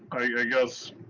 i guess,